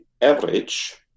average